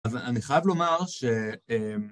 אבל אני חייב לומר ש.. אה..